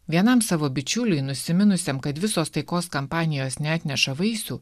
vienam savo bičiuliui nusiminusiam kad visos taikos kampanijos neatneša vaisių